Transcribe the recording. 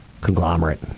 conglomerate